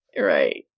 Right